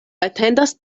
atendas